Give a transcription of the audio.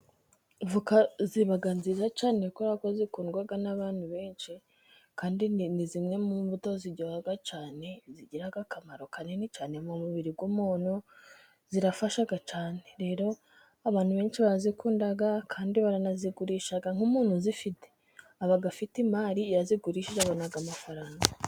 Ivoca ziba nziza cyane kubera ko zikundwa n'abantu benshi. Kandi ni zimwe mu mbuto ziryoha cyane. Zigira akamaro kanini cyane mu mubiri w'umuntu. Zirafasha cyane. Rero abantu benshi bazikunda, kandi baranazigurisha. Nk'umuntu uzifite aba afite imari. Iyo azigurishije abona amafaranga.